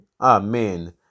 Amen